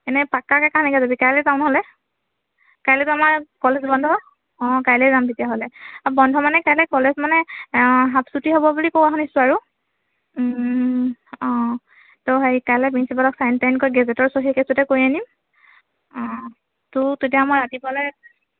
এনেই পাক্কাকৈ কাহানিকৈ যাবি কাইলৈ যাওঁ নহ'লে কাইলৈতো আমাৰ কলেজ বন্ধ অঁ কাইলৈয়ে যাম তেতিয়াহ'লে আৰু বন্ধ মানে কাইলৈ কলেজ মানে হাফ চুটি হ'ব বুলি কোৱা শুনিছোঁ আৰু অঁ ত' হেৰি কাইলৈ প্ৰিন্সিপালৰ চাইন টাইন কৰি গেজেটৰ চহী একেচুটে কৰি আনিম অঁ তোৰ তেতিয়া মই ৰাতিপুৱালৈ